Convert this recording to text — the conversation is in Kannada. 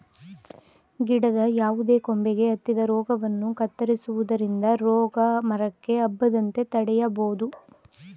ಗಿಡದ ಯಾವುದೇ ಕೊಂಬೆಗೆ ಹತ್ತಿದ ರೋಗವನ್ನು ಕತ್ತರಿಸುವುದರಿಂದ ರೋಗ ಮರಕ್ಕೆ ಹಬ್ಬದಂತೆ ತಡೆಯಬೋದು